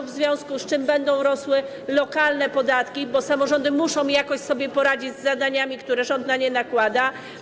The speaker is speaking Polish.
W związku z tym będą rosły lokalne podatki, bo samorządy muszą jakoś sobie poradzić z zadaniami, które rząd na nie nakłada.